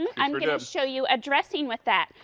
and and you know show you a dressing with that.